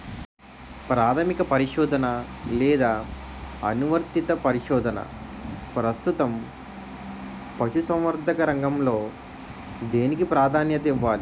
ప్రాథమిక పరిశోధన లేదా అనువర్తిత పరిశోధన? ప్రస్తుతం పశుసంవర్ధక రంగంలో దేనికి ప్రాధాన్యత ఇవ్వాలి?